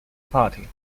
party